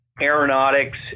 aeronautics